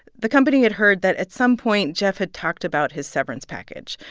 the company had heard that at some point jeff had talked about his severance package,